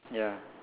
ya